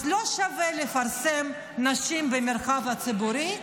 אז לא שווה לפרסם נשים במרחב הציבורי,